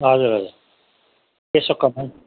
हजुर हजुर पेशोक कमान